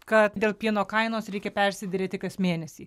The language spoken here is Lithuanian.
kad dėl pieno kainos reikia persiderėti kas mėnesį